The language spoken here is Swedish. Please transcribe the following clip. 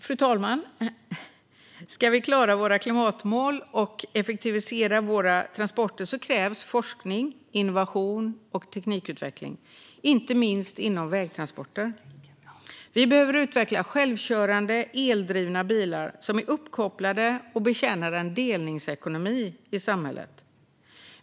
Slutligen - om vi ska klara våra klimatmål och effektivisera våra transporter krävs forskning, innovation och teknikutveckling, inte minst inom vägtransporter. Vi behöver utveckla självkörande, eldrivna bilar som är uppkopplade och betjänar en delningsekonomi i samhället.